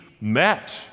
met